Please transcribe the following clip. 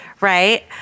right